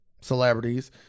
celebrities